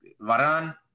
Varan